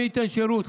מי ייתן שירות?